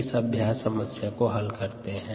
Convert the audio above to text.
इस अभ्यास समस्या को हल करते हैं